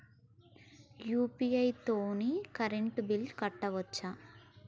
UPI తోని current bill కట్టుకోవచ్ఛా?